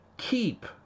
keep